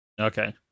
Okay